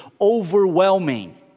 overwhelming